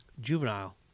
Juvenile